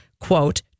quote